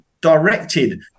directed